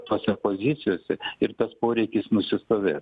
tose pozicijose ir tas poreikis nusistovės